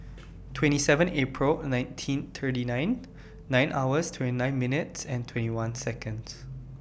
twenty seven April nineteen thirty nine nine hours twenty nine minutes and twenty one Seconds